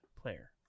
player